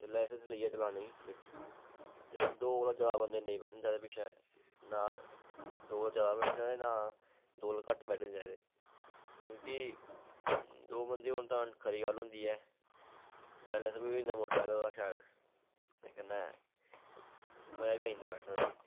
ते लाइसैंस लेइयै चलाने गी गड्डी ते दो कोला ज्यादा बंदे नेईं बैठना चाहिदे पिच्छें ना दो कोला ज्यादा बैठना चाहिदे ना दो कोला घट्ट बैठने चाहिदे क्योंकि दो बंदे होन तां खरी गल्ल होंदी ऐ बैलेंस बी होई जंदा मोटरसैकल दा शैल ते कन्नै मजा बी आई जंदा बैठने दा